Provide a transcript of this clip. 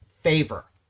favor